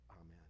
amen